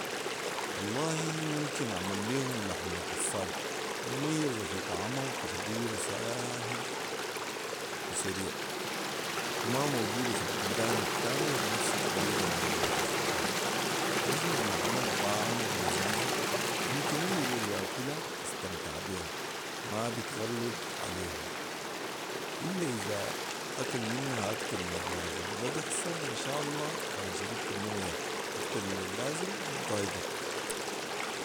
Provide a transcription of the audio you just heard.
والله ممكن اعمل ليهم لحمة الصاج مميزه في طعمها وتحضيرها وساهل وسريع وما موجود في البلدان التانيه بنفس الطريقة العندنا في السودان ونحن بنعملها طاعمه ولذيذه ممكن اي زول ياكلها يستمتع بيها ما بتغلط عليه الا اذا اكل منها اكتر من اللازم وده بيحصل انشاالله كان شربت مويه اكتر من اللازم بتضايقك